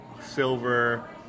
silver